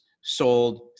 sold